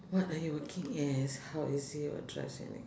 what are you working as how is it what drives you in